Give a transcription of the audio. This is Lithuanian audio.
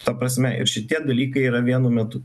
ta prasme ir šitie dalykai yra vienu metu